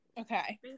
okay